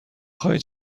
خواهید